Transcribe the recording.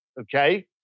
Okay